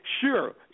sure